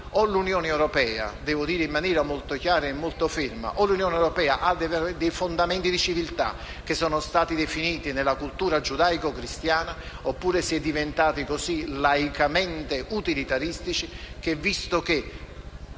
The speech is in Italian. l'una, e lo voglio dire in maniera molto chiara e ferma: o l'Unione europea ha dei fondamenti di civiltà che sono stati definiti nella cultura giudaico-cristiana, oppure si è diventati così laicamente utilitaristici che, visto che